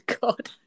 God